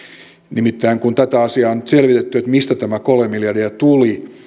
nimittäin kun tätä asiaa on nyt selvitetty että mistä tämä kolme miljardia tuli